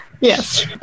Yes